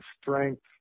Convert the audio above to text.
strength